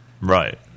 right